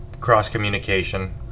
cross-communication